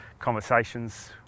Conversations